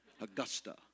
Augusta